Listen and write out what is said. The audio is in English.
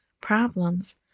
problems